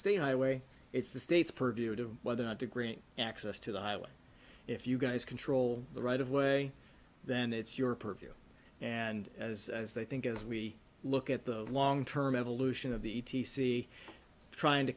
state highway it's the state's purview to whether or not to grant access to the highway if you guys control the right of way then it's your purview and as as they think as we look at the long term evolution of the e t c trying to